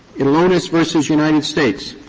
elonis v. so united states.